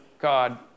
God